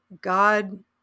God